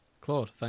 Claude